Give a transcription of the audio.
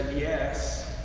yes